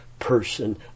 person